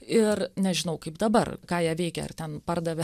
ir nežinau kaip dabar ką jie veikia ar ten pardavė